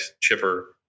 chipper